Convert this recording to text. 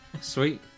Sweet